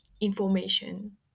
information